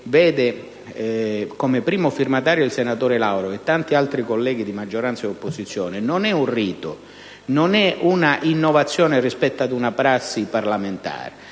vede come primo firmatario il senatore Lauro e tanti altri colleghi di maggioranza e opposizione, non è un rito, non è un'innovazione rispetto a una prassi parlamentare: